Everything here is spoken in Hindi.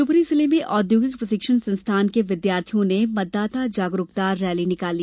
शिवपुरी जिले में औद्योगिक प्रशिक्षण संस्थान के विद्यार्थियों ने मतदाता जागरूकता रैली निकाली